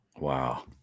Wow